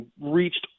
reached